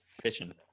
fishing